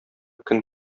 көн